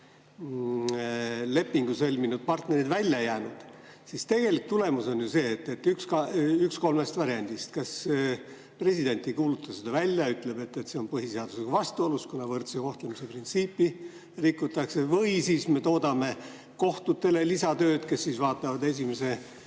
lepingu sõlminud partnerid välja jäänud, siis tegelik tulemus on ju üks kolmest variandist: kas president ei kuuluta seda välja ja ütleb, et see on põhiseadusega vastuolus, kuna võrdse kohtlemise printsiipi rikutakse; või siis me toodame lisatööd kohtutele, kes vaatavad esimese